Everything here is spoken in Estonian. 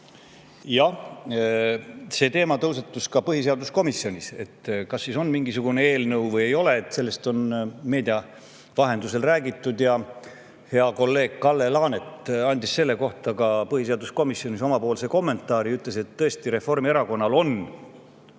Jah, see teema tõusetus ka põhiseaduskomisjonis, kas siis on mingisugune eelnõu või ei ole. Sellest on meedia vahendusel räägitud. Hea kolleeg Kalle Laanet andis selle kohta põhiseaduskomisjonis oma kommentaari. Ta ütles, et Reformierakonnal on välja